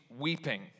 weeping